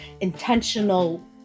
intentional